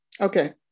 Okay